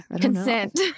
Consent